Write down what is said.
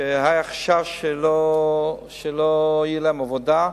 שהיה חשש שלא תהיה להם עבודה.